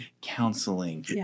counseling